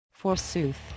Forsooth